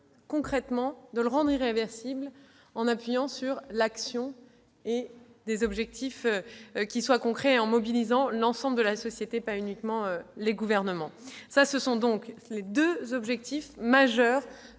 parfois menacé, de le rendre irréversible en focalisant l'action sur des objectifs concrets et en mobilisant l'ensemble de la société, pas uniquement les gouvernements. Tels sont donc les deux objectifs majeurs